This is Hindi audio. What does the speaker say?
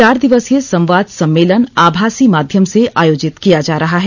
चार दिवसीय संवाद सम्मेलन आमासी माध्यम से आयोजित किया जा रहा है